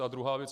A druhá věc.